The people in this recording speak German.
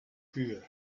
kühe